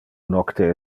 nocte